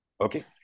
Okay